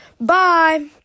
Bye